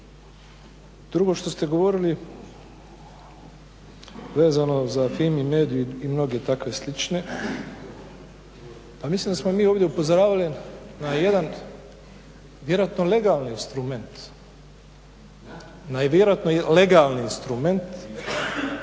Drugo što ste govorili vezano za Fimi mediu i mnoge takve slične, pa mislim da smo mi ovdje upozoravali na jedan vjerojatno legalni instrument u kojem se moglo govoriti